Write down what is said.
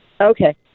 Okay